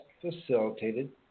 facilitated